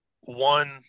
one